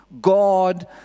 God